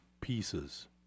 pieces